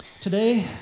Today